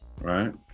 right